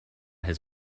his